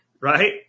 Right